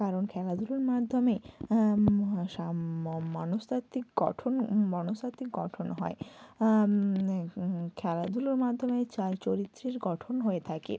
কারণ খেলাধুলোর মাধ্যমে মনস্তাত্বিক গঠন মনস্তাত্ত্বিক গঠন হয় খেলাধুলোর মাধ্যমেই চরিত্রের গঠন হয়ে থাকে